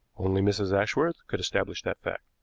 only mrs. ashworth could establish that fact.